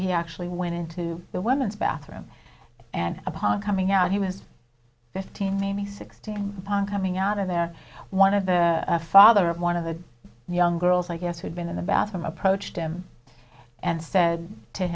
he actually went into the women's bathroom and upon coming out he was fifteen maybe sixteen coming out of there one of the father of one of the young girls i guess who'd been in the bathroom approached him and said to